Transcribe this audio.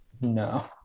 No